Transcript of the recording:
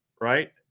right